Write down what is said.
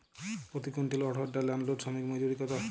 প্রতি কুইন্টল অড়হর ডাল আনলোডে শ্রমিক মজুরি কত?